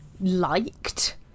liked